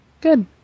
Good